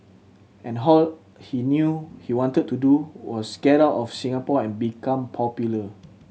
and how he knew he wanted to do was get out of Singapore and become popular